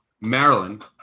Maryland